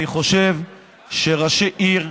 אני חושב שראשי עיר,